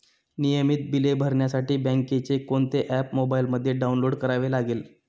नियमित बिले भरण्यासाठी बँकेचे कोणते ऍप मोबाइलमध्ये डाऊनलोड करावे लागेल?